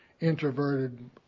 introverted